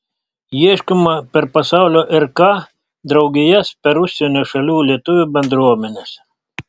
ieškoma per pasaulio rk draugijas per užsienio šalių lietuvių bendruomenes